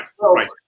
right